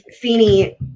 Feeny